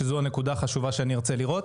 שזו נקודה חשובה שאני ארצה לראות,